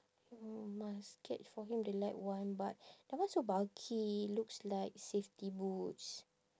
mm must get for him the light one but that one so bulky looks like safety boots